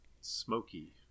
smoky